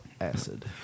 acid